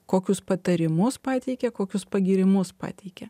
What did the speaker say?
kokius patarimus pateikė kokius pagyrimus pateikė